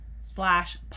slash